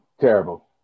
terrible